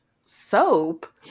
Soap